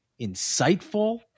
insightful